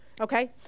Okay